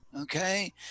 Okay